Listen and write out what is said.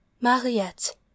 mariette